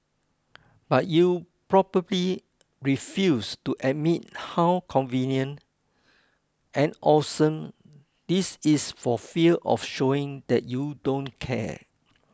but you probably refuse to admit how convenient and awesome this is for fear of showing that you don't care